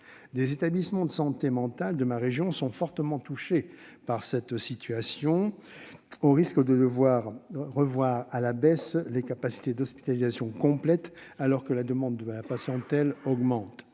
Des établissements de santé mentale de ma région sont fortement touchés par cette situation, au risque de devoir revoir à la baisse les capacités d'hospitalisation complète, alors que la demande de la patientèle augmente.